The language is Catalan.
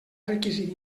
requisit